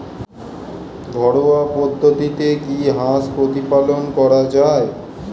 ঘরোয়া পদ্ধতিতে কি হাঁস প্রতিপালন করা যায়?